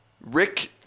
Rick